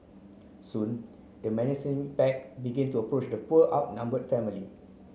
soon the menacing pack began to approach the poor outnumbered family